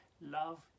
love